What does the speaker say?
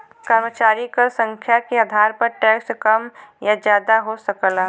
कर्मचारी क संख्या के आधार पर टैक्स कम या जादा हो सकला